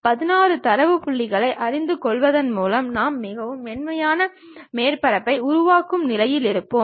16 தரவு புள்ளிகளை அறிந்து கொள்வதன் மூலம் நாம் மிகவும் மென்மையான மேற்பரப்பை உருவாக்கும் நிலையில் இருப்போம்